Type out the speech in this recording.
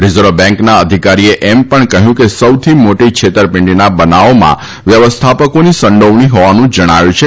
reserve બેંકના અધિકારીએ એમ પણ કહ્યું કે સૌથી મોટી છેતરપિંડીના બનાવોમાં વ્યવસ્થાપકોની સંડોવણી હોવાનું જણાયું છે